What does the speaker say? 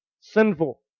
sinful